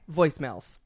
voicemails